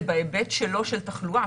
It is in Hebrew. ובהיבט שלו של תחלואה.